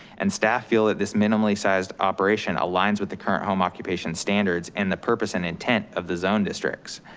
and staff feel that this minimally sized operation aligns with the current home occupation standards and the purpose and intent of the zone districts.